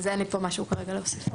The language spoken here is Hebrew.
אז אין לי משהו כרגע להוסיף.